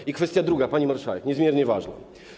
I kwestia druga, pani marszałek, niezmiernie ważna.